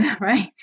Right